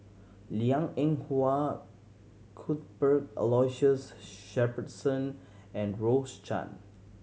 Liang Eng Hwa Cuthbert Aloysius Shepherdson and Rose Chan